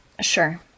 Sure